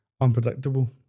unpredictable